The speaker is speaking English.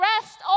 rest